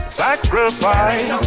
sacrifice